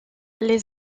les